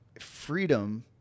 freedom